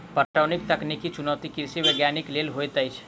पटौनीक तकनीकी चुनौती कृषि वैज्ञानिक लेल होइत अछि